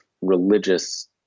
religious